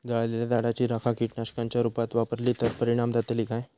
जळालेल्या झाडाची रखा कीटकनाशकांच्या रुपात वापरली तर परिणाम जातली काय?